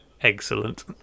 excellent